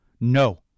No